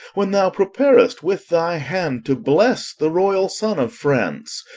when thou preparest with thy hand to bless the royal son of france,